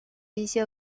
一些